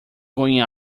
going